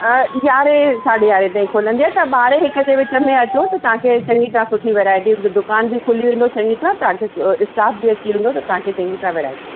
यारहं साढी यारहं ताईं खुलंदी आहे तव्हां ॿारहं हिक जे विच में अचो त तव्हांखे चङी तरह सुठी वैरायटी दुकान बि खुली वेंदो चङी तरह तव्हांखे स्टाफ बि अची वेंदो त तव्हांखे चङी तरह वैरायटी